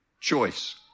choice